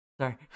sorry